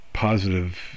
positive